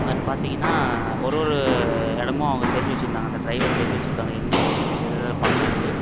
அதில் பார்த்தீங்கன்னா ஒரு ஒரு இடமும் அவங்க தெரிஞ்சு வெச்சுருந்தாங்க அந்த டிரைவர் தெரிஞ்சு வெச்சுருக்காங்க எங்கெங்கே எங்கே எதை எதை பார்க்கலான்ட்டு